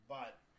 But-